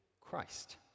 Christ